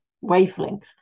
wavelength